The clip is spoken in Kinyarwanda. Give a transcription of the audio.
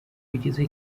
rugize